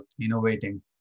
innovating